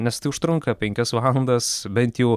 nes tai užtrunka penkias valandas bent jau